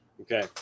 Okay